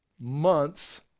months